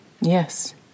yes